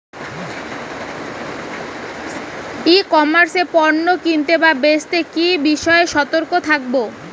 ই commerce এ পণ্য কিনতে বা বেচতে কি বিষয়ে সতর্ক থাকব?